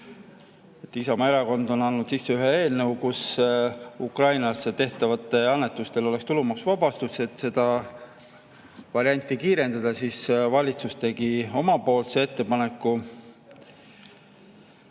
Isamaa Erakond on andnud sisse ühe eelnõu, et Ukrainasse tehtavatel annetustel oleks tulumaksuvabastus. Et seda varianti kiirendada, tegi valitsus oma ettepaneku.